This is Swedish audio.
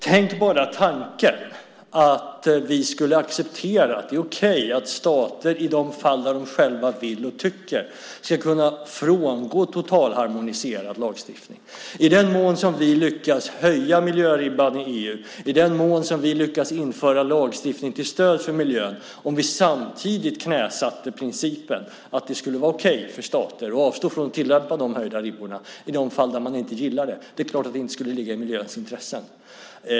Tänk bara tanken att vi skulle acceptera att det är okej att stater i de fall de själva så vill och tycker ska kunna frångå en totalharmoniserad lagstiftning. Om vi skulle lyckas höja miljöribban i EU och lyckas införa lagstiftning till stöd för miljön och samtidigt knäsatte principen så att det skulle vara okej för stater att avstå att tillämpa de höjda ribborna i de fall man inte gillar dem skulle det inte ligga i miljöns intressen.